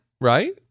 Right